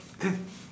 can